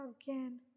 again